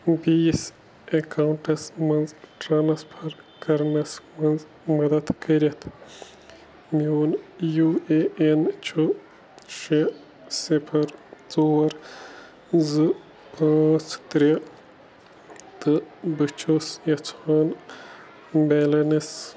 بیِٚیِس accounts منٛز transfer کرنَس منٛز مدد کٔرِتھ میٛون یوٗ اے ایٚن چھُ شےٚ صِفَر ژور زٕ پانٛژھ ترٛےٚ تہٕ بہٕ چھُس یژھان بیلَنٕس